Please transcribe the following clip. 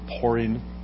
pouring